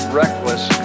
reckless